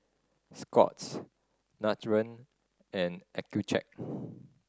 Scott's Nutren and Accucheck